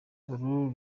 uru